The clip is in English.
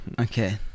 Okay